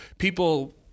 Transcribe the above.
People